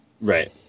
Right